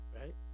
right